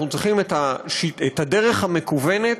אנחנו צריכים את הדרך המקוונת